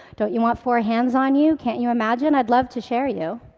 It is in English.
don't you want four hands on you? can't you imagine, i'd love to share you.